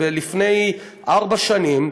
לפני ארבע שנים,